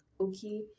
Okay